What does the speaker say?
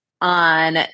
on